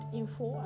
info